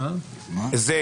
זו